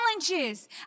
challenges